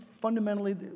fundamentally